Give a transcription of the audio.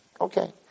Okay